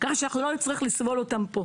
כך שאנחנו לא נצטרך לסבול אותם פה.